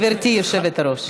גברתי היושבת-ראש.